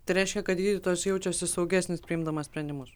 tai reiškia kad gydytojas jaučiuosi saugesnis priimdamas sprendimus